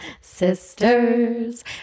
sisters